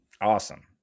Awesome